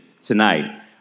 tonight